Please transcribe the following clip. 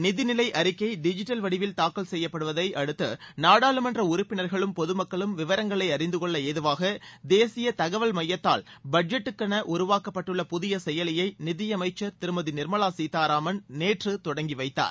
நிதிநிலை அறிக்கை டிஜிட்டல் வடிவில் தாக்கல் செய்யப்படுவதை அடுத்து நாடாளுமன்ற உறுப்பினர்களும் பொதுமக்களும் விவரங்களை அறிந்து கொள்ள ஏதுவாக தேசிய தகவல் எமயத்தால் பட்ஜெட்டுக்கென உருவாக்கப்பட்டுள்ள புதிய செயலியை நிதியமைச்சர் திருமதி நிர்மலா சீதாராமன் நேற்று தொடங்கி வைத்தார்